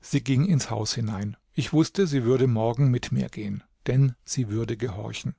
sie ging ins haus hinein ich wußte sie würde morgen mit mir gehen denn sie würde gehorchen